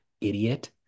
idiot